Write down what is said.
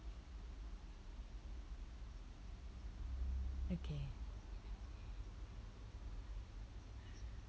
okay